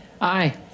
Aye